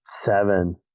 seven